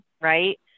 right